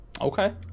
Okay